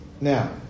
Now